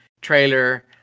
trailer